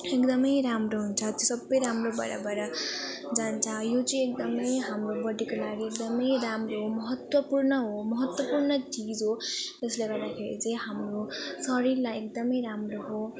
एकदम राम्रो हुन्छ त्यो सब राम्रो भएर भएर जान्छ यो चाहिँ एकदम हाम्रो बडीको लागि एकदम राम्रो हो महत्त्वपूर्ण हो महत्त्वपूर्ण चिज हो जसले गर्दाखेरि चाहिँ हाम्रो शरीरलाई एकदम राम्रो हो